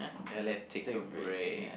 ya let's take a break